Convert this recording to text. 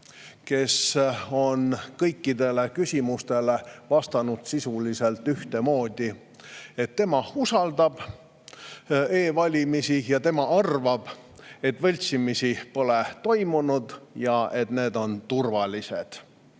kes kõikidele küsimustele vastas sisuliselt ühtemoodi: tema usaldab e‑valimisi ja tema arvab, et võltsimisi pole toimunud, ja et need [e‑valimised]